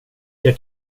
jag